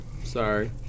Sorry